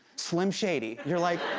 slim shady. you're like.